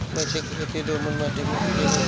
मिर्चा के खेती दोमट माटी में हो सकेला का?